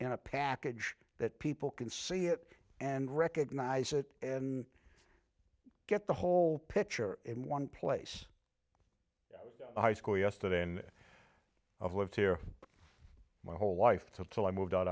in a package that people can see it and recognize it and get the whole picture in one place high school yesterday in of lived here my whole life total i moved out